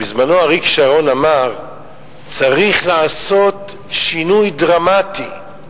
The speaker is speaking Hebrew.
בזמנו אריק שרון אמר: צריך לעשות שינוי דרמטי,